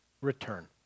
return